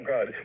God